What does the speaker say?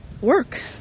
work